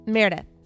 Meredith